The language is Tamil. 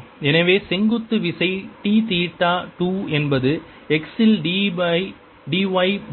1≈tan 1∂y∂xxt2tan 2∂y∂xxxt∂y∂xxt2yx2x எனவே செங்குத்து விசை T தீட்டா 2 என்பது x இல் dy